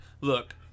look